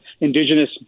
Indigenous